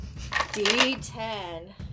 D10